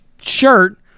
shirt